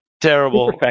terrible